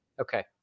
Okay